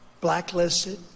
blacklisted